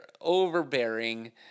overbearing